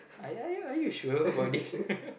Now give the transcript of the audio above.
uh ya ya are you sure about this